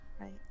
right